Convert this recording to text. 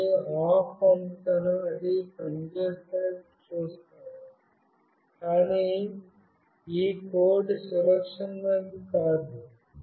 నేను మళ్ళీ ఆఫ్ పంపుతానుమీరు అది పనిచేస్తున్నట్లు చూస్తారు కానీ ఈ కోడ్ సురక్షితమైనది కాదు